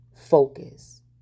focus